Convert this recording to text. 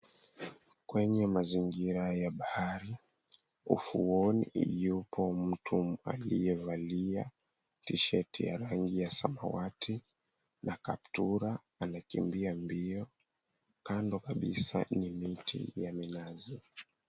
Kwenye mazingira ya bahari ufuoni iliyopo mtu aliyevalia tshati ya rangi ya samawati na kaptura anakimbia mbio, kando kabisa ni miti ya minazi.